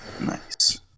Nice